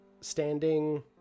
standing